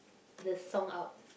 the song up